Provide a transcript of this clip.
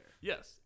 Yes